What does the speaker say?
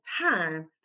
time